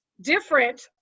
different